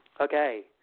Okay